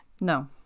No